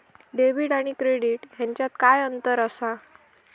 Debit आणि credit ह्याच्यात काय अंतर असा?